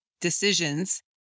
decisions